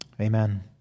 Amen